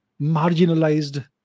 marginalized